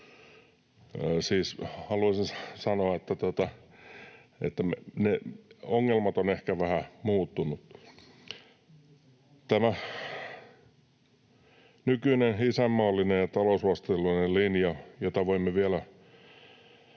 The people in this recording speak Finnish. halusin sanoa, että ongelmat ovat ehkä vähän muuttuneet. Tähän nykyiseen isänmaalliseen ja talousvastuulliseen linjaan, jotta voimme välttää